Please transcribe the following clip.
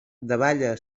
davalla